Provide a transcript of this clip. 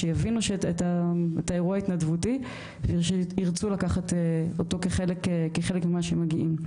שיבינו את האירוע ההתנדבותי ושירצו לקחת אותו כחלק ממה שמגיעים.